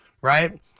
Right